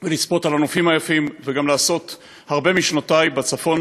לצפות על הנופים היפים וגם לעשות הרבה משנותי בצפון,